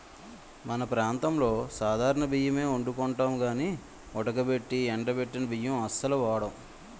మన ప్రాంతంలో సాధారణ బియ్యమే ఒండుకుంటాం గానీ ఉడకబెట్టి ఎండబెట్టిన బియ్యం అస్సలు వాడం